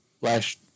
last